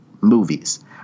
movies